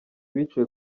biciwe